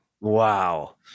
Wow